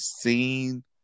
seen